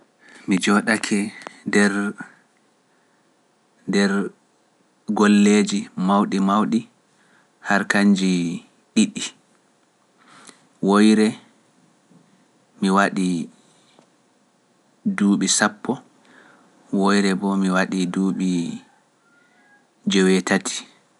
Mi jooɗake nder golleji mawɗi mawɗi har kanji ɗiɗi(two), woyre mi waɗi duuɓi sappo(tenyrs), woyre mbo mi waɗi duuɓi jowe tati(eighteen yrs).